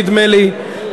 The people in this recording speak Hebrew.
נדמה לי,